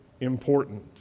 important